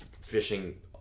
fishing